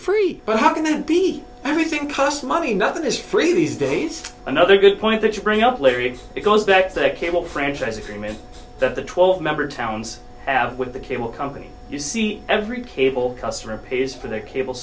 free but how can it be everything cost money nothing is free these days another good point that you bring up larry because that's the cable franchise agreement that the twelve member towns have with the cable company you see every cable customer pays for their cable